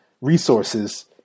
resources